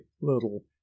little